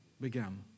began